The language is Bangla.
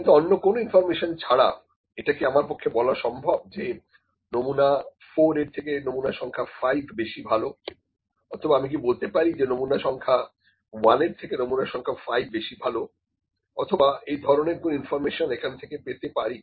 কিন্তু অন্য কোন ইনফর্মেশন ছাড়া এটা কি আমার পক্ষে বলা সম্ভব যে নমুনা সংখ্যা 4 এর থেকে নমুনা সংখ্যা 5 বেশি ভালো অথবা আমি কি বলতে পারি যে নমুনা সংখ্যা 1 এর থেকে নমুনা সংখ্যা 5 বেশি ভালো অথবা এই ধরনের কোন ইনফর্মেশন এখান থেকে পেতে পারি